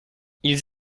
ils